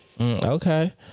Okay